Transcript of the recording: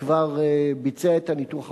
שכבר ביצע את הניתוח הראשון,